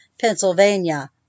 Pennsylvania